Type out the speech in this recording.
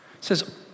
says